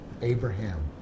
Abraham